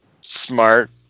smart